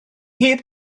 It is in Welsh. heb